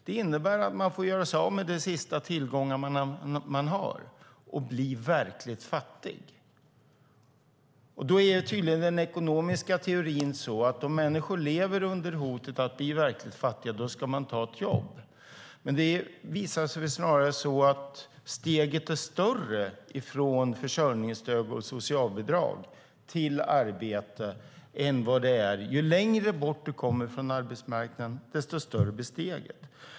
Det innebär att man får göra sig av med de sista tillgångar man har och bli verkligt fattig. Den ekonomiska teorin är tydligen sådan att om människor lever under hotet att bli verkligt fattiga ska de ta ett jobb. Men det visar sig snarare vara så att steget är stort från försörjningsstöd och socialbidrag till arbete. Ju längre bort man kommer från arbetsmarknaden, desto större blir steget.